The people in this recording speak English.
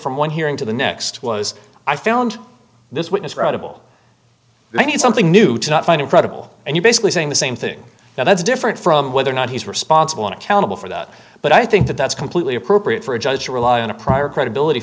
from one hearing to the next was i found this witness credible i need something new to not find it credible and you basically saying the same thing that's different from whether or not he's responsible and accountable for that but i think that that's completely appropriate for a judge to rely on a prior credibility